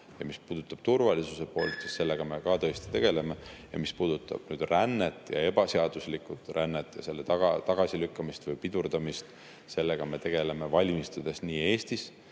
Mis puudutab turvalisuse poolt, siis sellega me tõesti tegeleme. Ja mis puudutab rännet ja ebaseaduslikku rännet, selle tagasilükkamist või pidurdamist, sellega me tegeleme, valmistudes Eestis,